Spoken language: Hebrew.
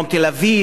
הן בבעיה,